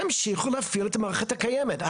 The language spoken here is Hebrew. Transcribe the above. תמשיכו להפעיל את המערכת הקיימת.